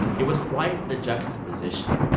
it was quite the juxtaposition.